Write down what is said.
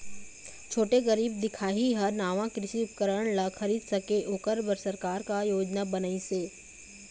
छोटे गरीब दिखाही हा नावा कृषि उपकरण ला खरीद सके ओकर बर सरकार का योजना बनाइसे?